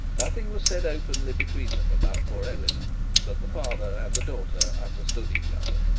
nothing was said openly between them about poor eleanor but the father and the daughter understood each other.